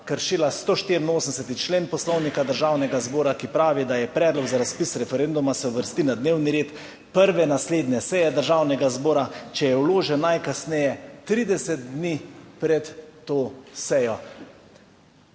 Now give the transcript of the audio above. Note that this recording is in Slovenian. kršila 184. člen Poslovnika Državnega zbora, ki pravi, da je predlog za razpis referenduma, se uvrsti na dnevni red prve naslednje seje Državnega zbora, če je vložen najkasneje 30 dni pred to sejo.